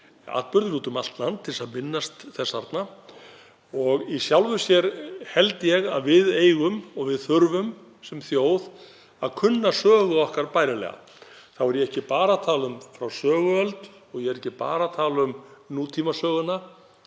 atburðir úti um allt land til að minnast þess arna. Í sjálfu sér held ég að við þurfum sem þjóð að kunna sögu okkar bærilega. Þá er ég ekki bara að tala um frá söguöld og ég er ekki bara að tala um nútímasöguna